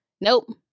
Nope